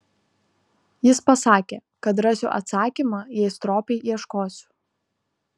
jis pasakė kad rasiu atsakymą jei stropiai ieškosiu